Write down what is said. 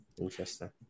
Interesting